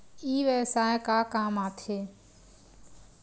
ई व्यवसाय का काम आथे?